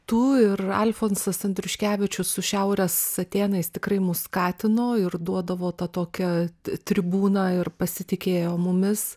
tu ir alfonsas andriuškevičius su šiaurės atėnais tikrai mus skatino ir duodavo tą tokią tribūną ir pasitikėjo mumis